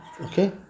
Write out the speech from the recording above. Okay